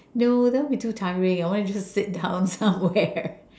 no that would be too tiring I want to just sit down somewhere